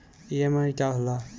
EMI का होला?